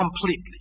Completely